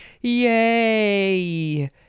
Yay